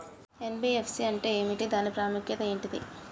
NBFC అంటే ఏమిటి దాని ప్రాముఖ్యత ఏంటిది?